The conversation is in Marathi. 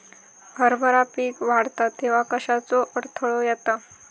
हरभरा पीक वाढता तेव्हा कश्याचो अडथलो येता?